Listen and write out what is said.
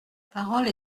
parole